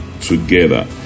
together